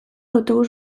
autobus